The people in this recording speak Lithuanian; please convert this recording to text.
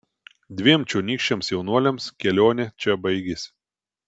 dviem čionykščiams jaunuoliams kelionė čia baigėsi